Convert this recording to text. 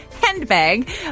handbag